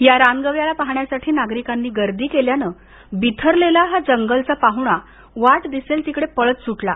या रान गव्याला पाहण्यासाठी नागरिकांनी एकाच गर्दी केल्यानं बिथरलेला हा जंगलचा पाहुणा वाट दिसेल तिकडे पळत सुटला